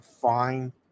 fine